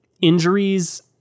injuries